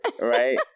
right